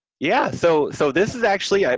yeah, so so, this is actually,